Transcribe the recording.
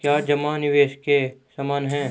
क्या जमा निवेश के समान है?